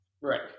Right